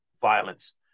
violence